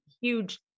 huge